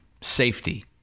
safety